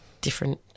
different